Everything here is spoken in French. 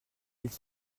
ils